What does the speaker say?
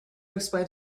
explain